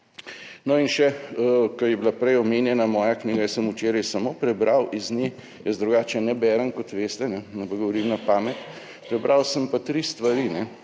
in še, ko je bila prej omenjena moja knjiga, jaz sem včeraj samo prebral iz nje, jaz drugače ne berem, kot veste, ne govorim na pamet. Prebral sem pa tri stvari.